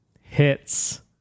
Hits